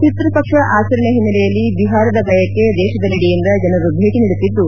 ಪಿತೃ ಪಕ್ಷ ಆಚರಣೆ ಹಿನ್ನಲೆಯಲ್ಲಿ ಬಿಹಾರದ ಗಯಾಕ್ಕೆ ದೇಶದೆಲ್ಲೆಡೆಯಿಂದ ಜನರು ಭೇಟಿ ನೀಡುತ್ತಿದ್ದು